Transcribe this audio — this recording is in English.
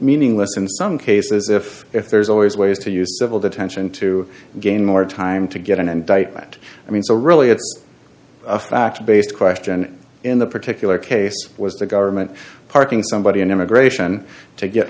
meaningless in some cases if if there's always ways to use civil detention to gain more time to get an indictment i mean so really it's a fact based question in the particular case was the government parking somebody in immigration to get